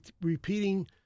repeating